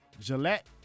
Gillette